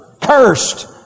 cursed